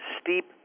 steep